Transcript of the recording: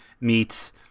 meets